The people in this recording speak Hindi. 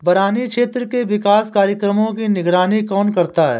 बरानी क्षेत्र के विकास कार्यक्रमों की निगरानी कौन करता है?